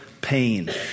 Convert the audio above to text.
pain